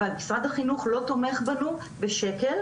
אבל משרד החינוך לא תומך בנו בשקל,